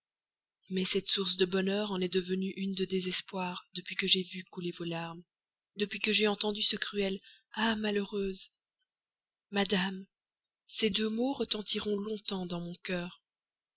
mais cette source de bonheur en est devenue une de désespoir depuis que j'ai vu couler vos larmes depuis que j'ai entendu ce cruel ah malheureuse madame ces deux mots retentiront longtemps dans mon cœur